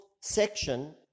section